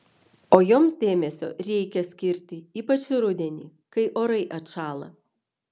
o joms dėmesio reikia skirti ypač rudenį kai orai atšąla